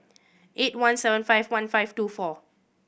eight one seven five one five two four